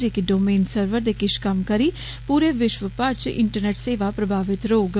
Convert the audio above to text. जे कि domain server दे किश कम्म करी पूरे विश्व भर च इंटरनैट सेवा प्रभावित रोहग